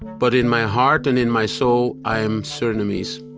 but in my heart and in my soul, i am surinamese.